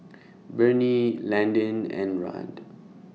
Bernie Landyn and Rand